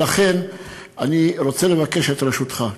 לכן אני רוצה לבקש את רשותך.